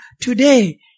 today